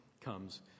comes